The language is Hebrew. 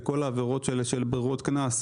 בכל העבירות של ברירות קנס,